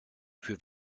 für